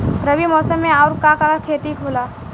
रबी मौसम में आऊर का का के खेती होला?